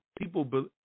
people